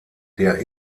der